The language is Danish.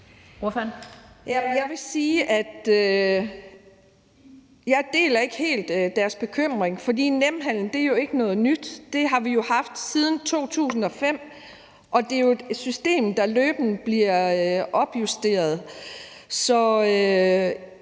Jeg vil sige, at jeg ikke helt deler deres bekymring, for Nemhandel er jo ikke noget nyt; det har vi haft siden 2005, og det er et system, der løbende bliver opjusteret.